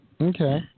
Okay